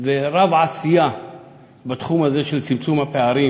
ורב-עשייה בתחום הזה של צמצום הפערים